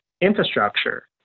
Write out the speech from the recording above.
infrastructure